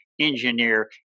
engineer